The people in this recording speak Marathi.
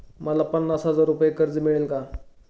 मला पन्नास हजार रुपये कर्ज मिळेल का?